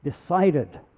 decided